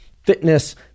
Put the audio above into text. fitness